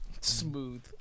Smooth